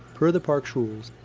per the park's rules.